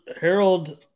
Harold